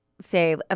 say